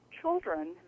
children